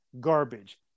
Garbage